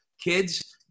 Kids